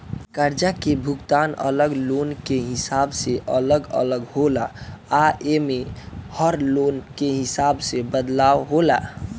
कर्जा के भुगतान अलग लोन के हिसाब से अलग अलग होला आ एमे में हर लोन के हिसाब से बदलाव होला